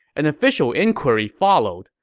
an official inquiry followed,